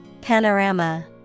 Panorama